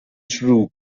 through